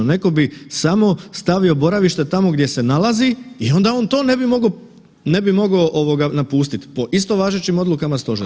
Neko bi samo stavio boravište tamo gdje se nalazi i onda on to ne bi mogao napustit po isto važećim odlukama stožera.